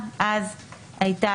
שאנחנו מתקנים.